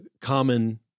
common-